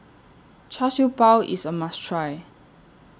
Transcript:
Char Siew Bao IS A must Try